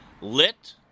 Lit